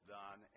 done